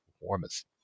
performance